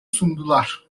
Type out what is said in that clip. sundular